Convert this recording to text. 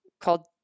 called